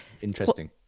interesting